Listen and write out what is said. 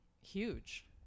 huge